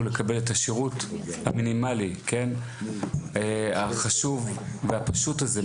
לקבל את השירות המינימלי החשוב והפשוט הזה מבחינתי.